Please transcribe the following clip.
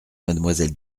mademoiselle